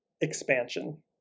expansion